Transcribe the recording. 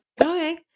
Okay